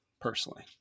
personally